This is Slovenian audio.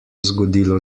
zgodilo